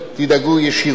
תדאגו ישירות,